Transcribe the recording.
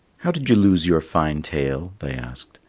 how did you lose your fine tail? they asked.